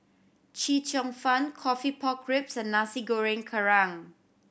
Chee Cheong Fun coffee pork ribs and Nasi Goreng Kerang